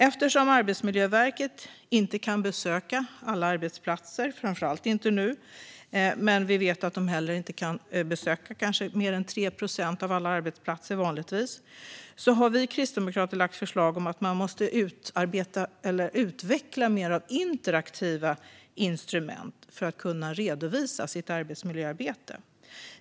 Eftersom Arbetsmiljöverket inte kan besöka alla arbetsplatser, framför allt inte nu - vi vet att de vanligtvis inte kan besöka mer än kanske 3 procent av alla arbetsplatser - har vi kristdemokrater lagt fram förslag om att man måste utveckla mer av interaktiva instrument för att kunna redovisa sitt arbetsmiljöarbete.